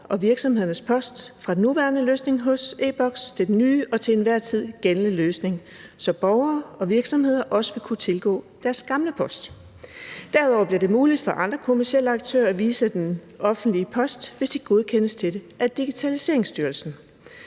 og virksomhedernes post fra den nuværende løsning hos e-Boks til den nye og til enhver tid gældende løsning, så borgere og virksomheder også vil kunne tilgå deres gamle post. Derudover bliver det muligt for andre kommercielle aktører at vise den offentlige post, hvis de godkendes til det af Digitaliseringsstyrelsen.